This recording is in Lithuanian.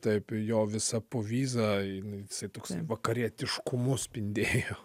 taip jo visa povyza jinai jisai toks vakarietiškumu spindėjo